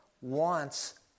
wants